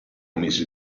mesi